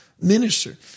minister